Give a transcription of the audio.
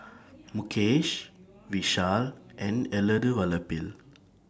Mukesh Vishal and Elattuvalapil